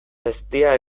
eztia